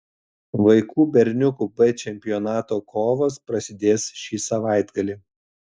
vaikų berniukų b čempionato kovos prasidės šį savaitgalį